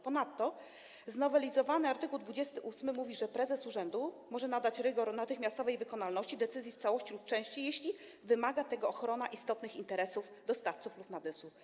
Ponadto znowelizowany art. 28 mówi: „Prezes urzędu może nadać rygor natychmiastowej wykonalności decyzji w całości lub w części, jeśli wymaga tego ochrona istotnych interesów dostawców lub nabywców”